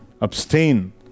abstain